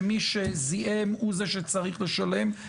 ומי שזיהם הוא זה שצריך לשלם.